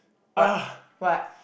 but what